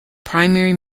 primary